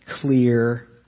clear